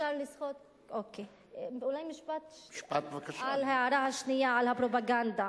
אוקיי, אולי משפט על ההערה השנייה, על הפרופגנדה.